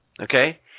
okay